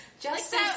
Justice